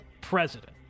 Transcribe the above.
president